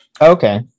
Okay